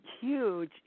huge